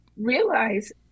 realize